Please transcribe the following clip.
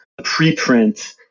preprint